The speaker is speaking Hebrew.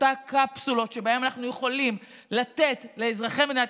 אותן קפסולות שבהן אנחנו יכולים לתת לאזרחי מדינת